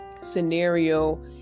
scenario